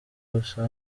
busa